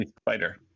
Spider